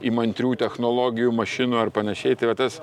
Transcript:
įmantrių technologijų mašinų ar panašiai tai va tas